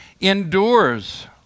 endures